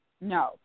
no